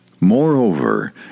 Moreover